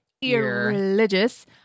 irreligious